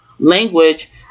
Language